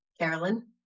Carolyn